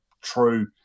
true